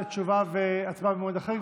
תשובה והצבעה במועד אחר,